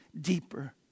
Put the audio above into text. deeper